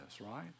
right